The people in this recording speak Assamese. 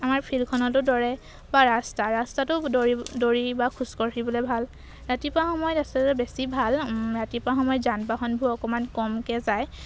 আমাৰ ফিল্ডখনতো দৌৰে বা ৰাস্তা ৰাস্তাটো দৌৰি দৌৰি বা খোজ কাঢ়িবলৈ ভাল ৰাতিপুৱা সময়ত ৰাস্তাটো বেছি ভাল ৰাতিপুৱা সময়ত যান বাহনবোৰ অকণমান কমকৈ যায়